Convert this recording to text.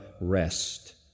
rest